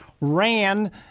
ran